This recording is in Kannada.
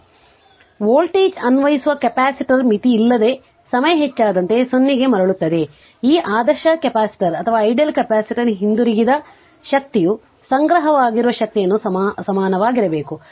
ಆದ್ದರಿಂದ ವೋಲ್ಟೇಜ್ ಅನ್ವಯಿಸುವ ಕೆಪಾಸಿಟರ್ ಮಿತಿಯಿಲ್ಲದೆ ಸಮಯ ಹೆಚ್ಚಾದಂತೆ 0 ಕ್ಕೆ ಮರಳುತ್ತದೆ ಆದ್ದರಿಂದ ಈ ಆದರ್ಶ ಕೆಪಾಸಿಟರ್ ಹಿಂದಿರುಗಿದ ಶಕ್ತಿಯು ಸಂಗ್ರಹವಾಗಿರುವ ಶಕ್ತಿಯನ್ನು ಸಮನಾಗಿರಬೇಕು